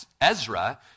Ezra